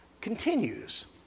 continues